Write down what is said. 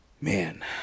Man